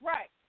Right